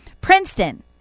Princeton